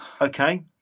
Okay